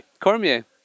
Cormier